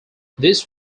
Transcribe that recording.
this